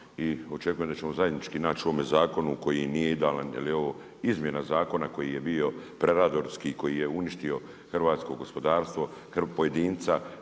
i očekujem da ćemo zajednički naći u ovome zakonu koji nije idealan jer je ovo izmjena zakona koji je bio predatorski, koji je uništio hrvatsko gospodarstvo, pojedinca,